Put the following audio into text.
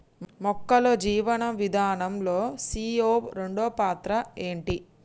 మొక్కల్లో జీవనం విధానం లో సీ.ఓ రెండు పాత్ర ఏంటి?